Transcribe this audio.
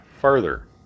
further